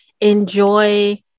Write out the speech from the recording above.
enjoy